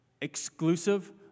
exclusive